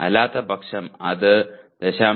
അല്ലാത്തപക്ഷം അത് 0